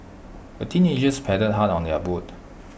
the teenagers paddled hard on their boat